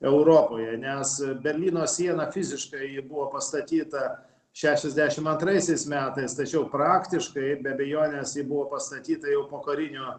europoje nes berlyno siena fiziškai ji buvo pastatyta šešiasdešim antraisiais metais tačiau praktiškai be abejonės ji buvo pastatyta jau pokarinio